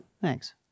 Thanks